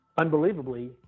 unbelievably